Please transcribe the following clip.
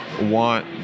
want